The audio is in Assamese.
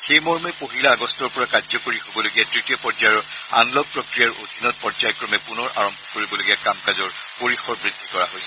সেই মৰ্মে পহিলা আগষ্টৰ পৰা কাৰ্যকৰী হবলগীয়া তৃতীয় পৰ্যায়ৰ আনলক প্ৰক্ৰিয়াৰ অধীনত পৰ্যায়ক্ৰমে পূনৰ আৰম্ভ কৰিবলগীয়া কাম কাজৰ পৰিসৰ বৃদ্ধি কৰা হৈছে